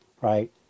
right